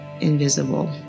invisible